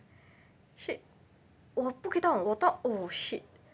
shit 我不可以动我动 oh shit